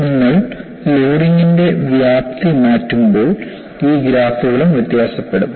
നിങ്ങൾ ലോഡിംഗിന്റെ വ്യാപ്തി മാറ്റുമ്പോൾ ഈ ഗ്രാഫുകളും വ്യത്യാസപ്പെടും